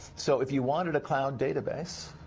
so if you wanted a cloud database,